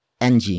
NG